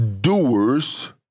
doers